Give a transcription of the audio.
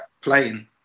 playing